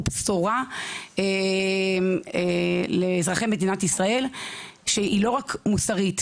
הוא בשורה לאזרחי מדינת ישראל שהיא לא רק מוסרית,